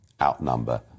outnumber